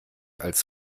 als